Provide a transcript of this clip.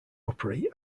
opry